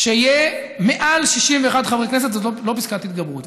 שיהיה בו מעל 61 חברי כנסת זו לא פסקת התגברות.